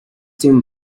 team